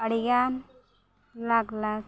ᱟᱹᱰᱤᱜᱟᱱ ᱞᱟᱠᱷ ᱞᱟᱠᱷ